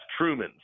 Trumans